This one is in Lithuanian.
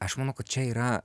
aš manau kad čia yra